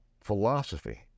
philosophy